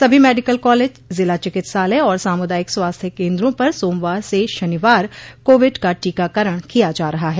सभी medical college जिला चिकित्सालय और सामुदायिक स्वास्थ्य केन्द्रों पर सोमवार से शनिवार कोविड का टीकाकरण किया जा रहा है